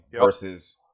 versus